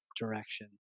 direction